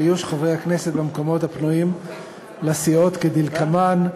איוש המקומות הפנויים לסיעות כדלקמן: